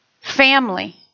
Family